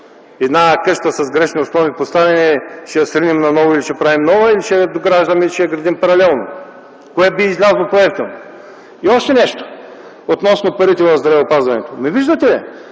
Една къща с погрешно поставени основи, ще я сринем или ще правим нова, или ще я дограждаме и ще градим паралелно? Кое би излязло по евтино? И още нещо относно парите в здравеопазването. Виждате ли,